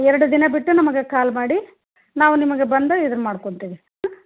ಎರಡು ದಿನ ಬಿಟ್ಟು ನಮ್ಗೆ ಕಾಲ್ ಮಾಡಿ ನಾವು ನಿಮಗೆ ಬಂದು ಇದನ್ನ ಮಾಡ್ಕೊತಿವಿ ಹಾಂ